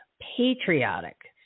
patriotic